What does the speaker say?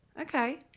Okay